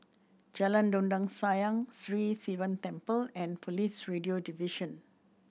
Jalan Dondang Sayang Sri Sivan Temple and Police Radio Division